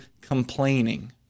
complaining